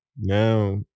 now